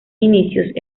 inicios